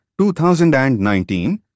2019